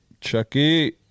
Chucky